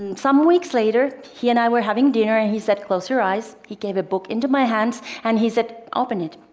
and some weeks later, he and i were having dinner, and he said, close your eyes. he gave a book into my hands, and he said, open it.